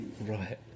Right